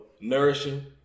nourishing